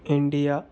India